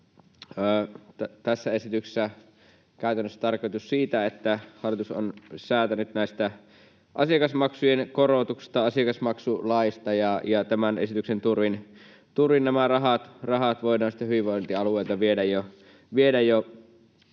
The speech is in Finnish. Tässä esityksessä käytännössä on tarkoitus se, että hallitus on säätänyt näistä asiakasmaksujen korotuksista, asiakasmaksulaista, ja tämän esityksen turvin nämä rahat voidaan sitten hyvinvointialueilta viedä jo